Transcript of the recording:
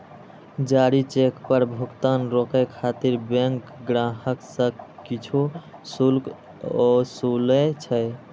जारी चेक पर भुगतान रोकै खातिर बैंक ग्राहक सं किछु शुल्क ओसूलै छै